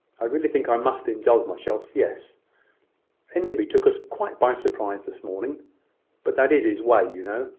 i really think i must indulge myself. yes enderby took us quite by surprise this morning but that is his way, you know.